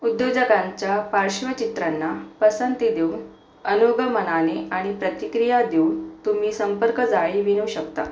उद्योजकांच्या पार्श्वचित्रांना पसंती देऊन अनुगमनाने आणि प्रतिक्रिया देऊन तुम्ही संपर्कजाळे विणू शकता